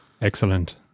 Excellent